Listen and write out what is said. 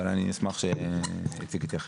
אבל אני אשמח שאיציק יתייחס.